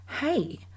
hey